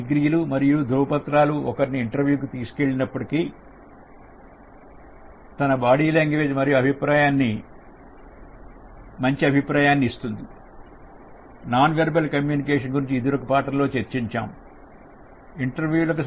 డిగ్రీలు మరియు ధృవపత్రాలు ఒకరిని ఇంటర్వ్యూకి తీసుకెళ్లా కలిగినప్పటికీ తన బాడీ లాంగ్వేజ్ మంచి అభిప్రాయాన్ని ఇస్తుంది నాన్ వెర్బల్ కమ్యూనికేషన్ గురించి ఇదివరకటి పాఠాలలో చర్చించాము